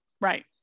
Right